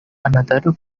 another